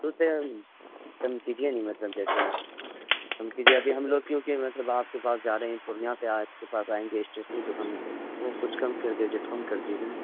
سوچے ہم کم کیجیے مطلب جیسے کم کیجیے ابھی ہم لوگ کیوںکہ مطلب آپ کے پاس جا رہے ہیں پورنیہ سے آپ کے پاس آئیں گے اسٹیشنری کی دکان میں تو کچھ کم کر دیتے ڈسکاؤنٹ کر دیجیے نا